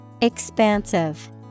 Expansive